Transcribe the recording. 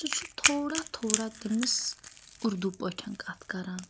سُہ چھُ تھوڑا تھوڑا تٔمِس اُردو پٲٹھۍ کَتھ کَران